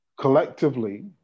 Collectively